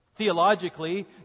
Theologically